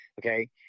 Okay